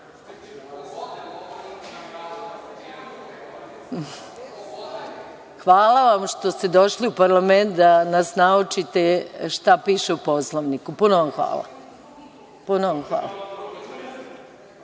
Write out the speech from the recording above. vam što ste došli u parlament da nas naučite šta piše u Poslovniku, puno vam hvala. Samo